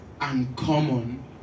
uncommon